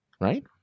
right